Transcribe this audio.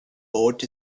bought